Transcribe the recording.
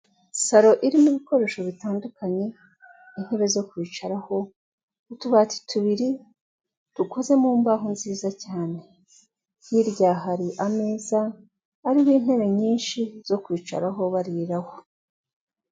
Salo irimo ibikoresho bitandukanye, intebe zo kwicaraho, utubati tubiri dukoze mu mbaho nziza cyane. Hirya hari ameza hariho intebe nyinshi zo kwicaraho bariraho.